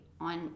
on